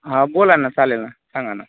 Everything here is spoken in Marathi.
हा बोला ना चालेल ना सांगा ना